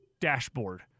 dashboard